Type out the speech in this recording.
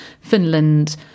Finland